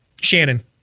Shannon